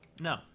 No